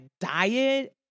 diet